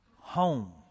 home